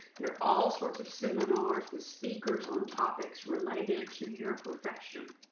there are all sorts of seminar with speakers on topics related to your profession.